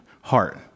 heart